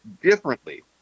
differently